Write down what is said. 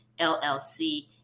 llc